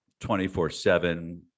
24-7